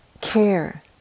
care